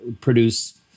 produce